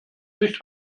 nicht